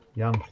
yum.